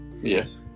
Yes